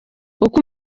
uko